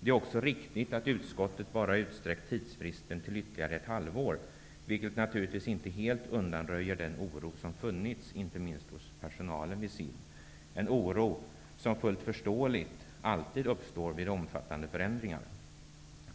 Det är också riktigt att utskottet bara utsträckt tidsfristen till ytterligare ett halvår, vilket naturligtvis inte helt undanröjer den oro som funnits, inte minst hos personalen vid SIB. Det är en oro som, fullt förståeligt, alltid uppstår vid omfattande förändringar.